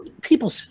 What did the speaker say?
people